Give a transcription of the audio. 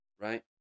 right